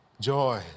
Joy